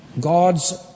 God's